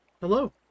hello